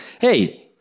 Hey